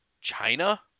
china